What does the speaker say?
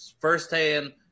firsthand